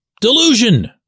delusion